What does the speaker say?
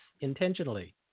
intentionally